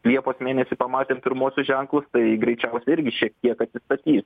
liepos mėnesį pamatėm pirmuosius ženklus tai greičiausiai irgi šiek tiek atsistatys